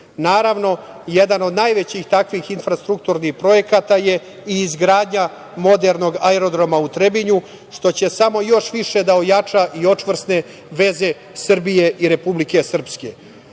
BiH.Naravno, jedan od najvećih takvih infrastrukturnih projekata je i izgradnja modernog Aerodroma u Trebinju, što će samo još više da ojača i očvrsne veze Srbije i Republike Srpske. Želim